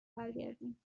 برگردیم